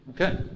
Okay